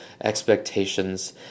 expectations